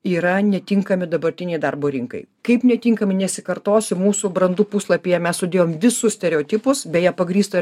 yra netinkami dabartinei darbo rinkai kaip netinkami nesikartosiu mūsų brandu puslapyje mes sudėjom visus stereotipus beje pagrįsta